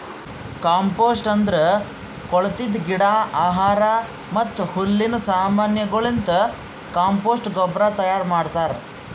compost ಅಂದುರ್ ಕೊಳತಿದ್ ಗಿಡ, ಆಹಾರ ಮತ್ತ ಹುಲ್ಲಿನ ಸಮಾನಗೊಳಲಿಂತ್ ಕಾಂಪೋಸ್ಟ್ ಗೊಬ್ಬರ ತೈಯಾರ್ ಮಾಡ್ತಾರ್